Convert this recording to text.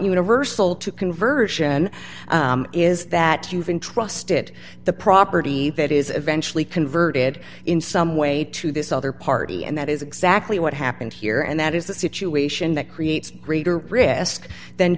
universal to conversion is that you've intrusted the property that is eventually converted in some way to this other party and that is exactly what happened here and that is the situation that creates greater risk than